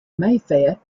mayfair